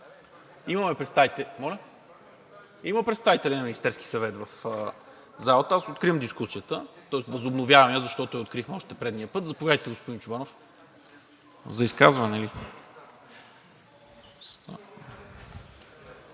Има представители на Министерския съвет в залата. Аз откривам дискусията, тоест възобновявам я, защото я открих още миналия път. Заповядайте, господин Чобанов – за изказване ли?